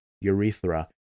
urethra